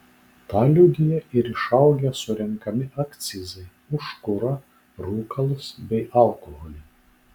tą liudija ir išaugę surenkami akcizai už kurą rūkalus bei alkoholį